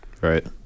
Right